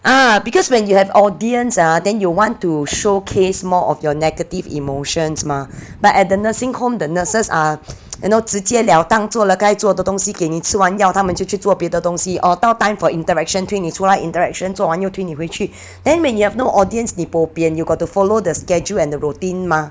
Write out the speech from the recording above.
uh because when you have audience ah then you'll want to showcase more of your negative emotions mah but at the nursing home the nurses are you know 直接了当做了该做的东西给你吃完药他们就去做别的东西 or 到 time for interaction 推你出来 interaction 做完又推你回去 then when you have no audience 你 bopian and you got to follow the schedule and the routine mah